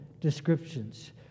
descriptions